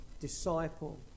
disciple